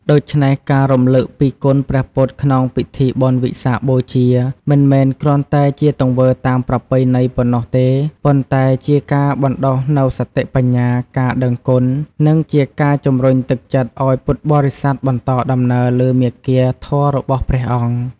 ដូច្នេះ ការរំលឹកពីគុណព្រះពុទ្ធក្នុងពិធីបុណ្យវិសាខបូជា មិនមែនគ្រាន់តែជាទង្វើតាមប្រពៃណីប៉ុណ្ណោះទេ ប៉ុន្តែជាការបណ្ដុះនូវសតិបញ្ញា ការដឹងគុណ និងជាការជំរុញទឹកចិត្តឱ្យពុទ្ធបរិស័ទបន្តដំណើរលើមាគ៌ាធម៌របស់ព្រះអង្គ។